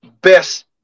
best